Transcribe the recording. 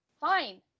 Fine